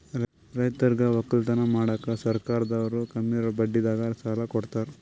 ರೈತರಿಗ್ ವಕ್ಕಲತನ್ ಮಾಡಕ್ಕ್ ಸರ್ಕಾರದವ್ರು ಕಮ್ಮಿ ಬಡ್ಡಿದಾಗ ಸಾಲಾ ಕೊಡ್ತಾರ್